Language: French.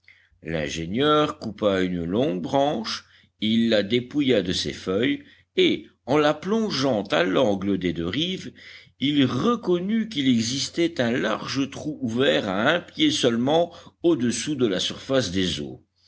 l'ingénieur coupa une longue branche il la dépouilla de ses feuilles et en la plongeant à l'angle des deux rives il reconnut qu'il existait un large trou ouvert à un pied seulement au-dessous de la surface des eaux